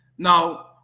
Now